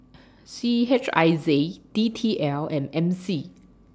C H I Z D T L and M C